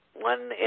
One